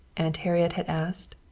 aunt harriet had asked.